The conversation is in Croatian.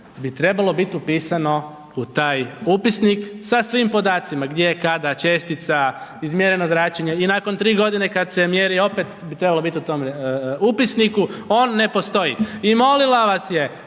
bi trebalo biti upisano u taj upisnika sa svim podacima, gdje, kada čestica, izmjereno zračenje i nakon 3 g. kad se mjeri, opet bi trebalo bit u tom upisniku, on ne postoji. I molila vas je